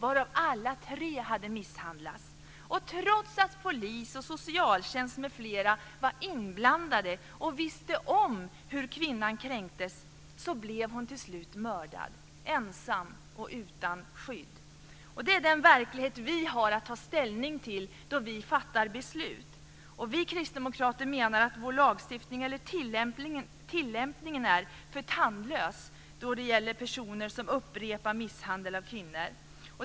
Alla dessa tre hade misshandlats. Trots att polis, socialtjänst m.fl. var inkopplade och visste om hur kvinnan kränktes blev hon till slut mördad - ensam och utan skydd. Detta är den verklighet som vi har att ta ställning till då vi fattar beslut. Vi kristdemokrater menar att lagstiftningen eller dess tillämpning är för tandlös då det gäller personer som upprepar misshandel av kvinnor.